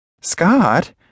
Scott